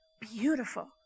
beautiful